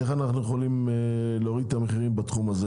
על איך אנחנו יכולים להוריד את המחירים בתחום הזה.